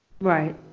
Right